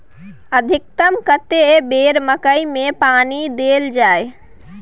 अधिकतम कतेक बेर मकई मे पानी देल जाय?